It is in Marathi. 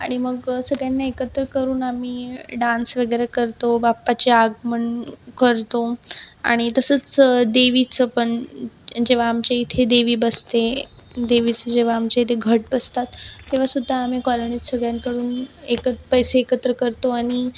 आणि मग सगळ्यांना एकत्र करून आम्ही डान्स वगैरे करतो बाप्पाचे आगमन करतो आणि तसंच देवीचं पण जेव्हा आमच्या इथे देवी बसते देवीचे जेव्हा आमच्या इथं घट बसतात तेव्हा सुद्धा आम्ही कॉलनीत सगळ्यांकडून एकत पैसे एकत्र करतो आणि